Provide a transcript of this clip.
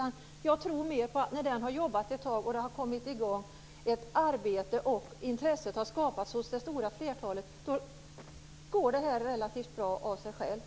När de har jobbat ett tag så att det har kommit i gång ett arbete och intresse har skapats hos det stora flertalet tror jag att det kommer att gå relativt bra av sig självt.